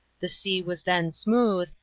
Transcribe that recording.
the sea was then smooth,